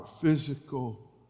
physical